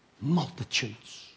multitudes